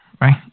right